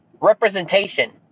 representation